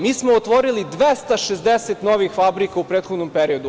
Mi smo otvorili 260 novih fabrika u prethodnom periodu.